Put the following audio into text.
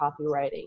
copywriting